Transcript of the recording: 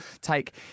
take